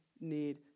need